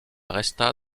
resta